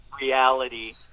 reality